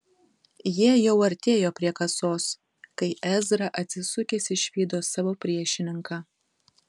jie jau artėjo prie kasos kai ezra atsisukęs išvydo savo priešininką